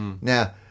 Now